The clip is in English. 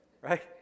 right